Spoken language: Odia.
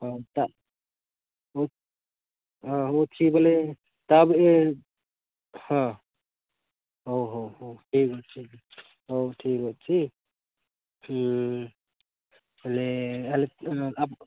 ଅଣ୍ଟା ଆଉ ଅଛି ବୋଲେ ତା'ପରେ ହଁ ଓହୋ ହୋ ଠିକ୍ ଅଛି ହଉ ଠିକ୍ ଅଛି ତା'ହେଲେ ଆପ